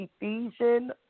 Ephesians